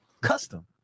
custom